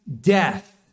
death